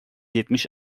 yetmiş